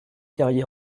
carrier